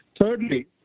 Thirdly